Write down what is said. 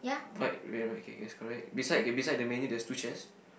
right right right okay okay is correct beside okay beside the menu there's two chairs